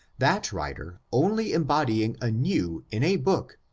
that writer only embodying anew in a book,